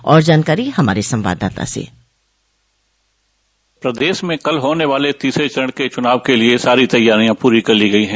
और जानकारी हमारे संवाददाता से प्रदेश में कल होने वाले तीसरे चरण के चुनाव के लिए सारी तैयारियां पूरी कर ली गई हैं